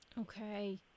Okay